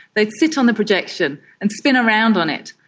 they'd sit on the projection and spin around on it.